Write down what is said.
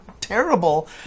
terrible